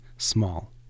small